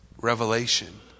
Revelation